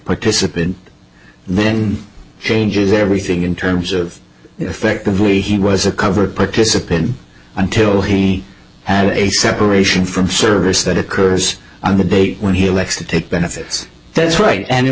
participant then changes everything in terms of effectively he was a covered participant until he had a separation from service that occurs on the date when he likes to take benefits that's right and